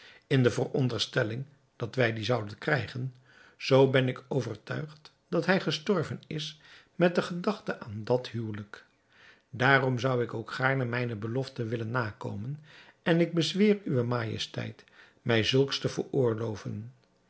in de veronderstelling dat wij die zouden krijgen zoo ben ik overtuigd dat hij gestorven is met de gedachte aan dat huwelijk daarom zou ik ook gaarne mijne belofte willen nakomen en ik bezweer uwe majesteit mij zulks te veroorloven